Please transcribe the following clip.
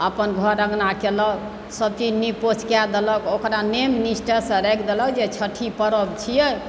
अपन घर अङ्गना कयलक सभचीज नीप पोछि कए देलक ओकरा नियम निष्ठासँ राखि देलक जे छठि पर्व छियै